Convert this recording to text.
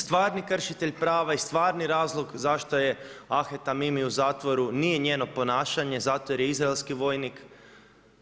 Stvarni kršitelj prava i stvarni razlog zašto je Ahed Tamimi u zatvoru nije njeno ponašanje zato jer je izraelski vojnik